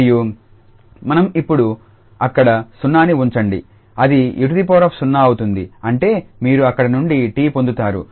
మరియు మనం ఇప్పుడు అక్కడ 0ని ఉంచండి అది 𝑒0 అవుతుంది అంటే మీరు అక్కడ నుండి 𝑡 పొందుతారు